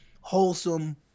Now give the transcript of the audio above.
wholesome